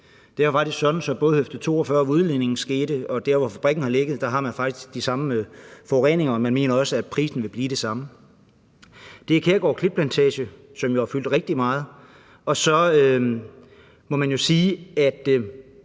Det er jo faktisk sådan, at man både ved Høfde 42, hvor udledningen skete, og der, hvor fabrikken har ligget, har de samme forureninger, og man mener også, at prisen vil blive den samme. Der er også Kærgård Klitplantage, som har fyldt rigtig meget. Og så må man jo sige, at